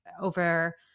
over